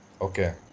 Okay